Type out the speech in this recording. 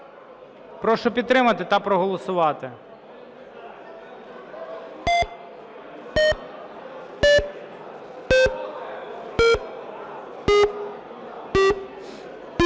Прошу підтримати та проголосувати.